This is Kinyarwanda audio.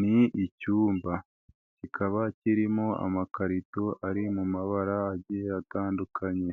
Ni icyumba, kikaba kirimo amakarito ari mu mabara atandukanye,